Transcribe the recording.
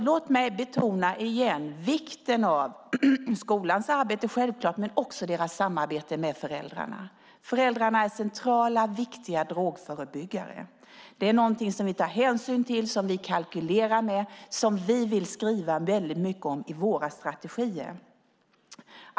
Låt mig igen betona vikten av skolans arbete - självklart - och skolans samarbete med föräldrarna. Föräldrarna är centrala och viktiga drogförebyggare. Det är något som vi tar hänsyn till, som vi kalkylerar med och som vi vill skriva mycket om i våra strategier.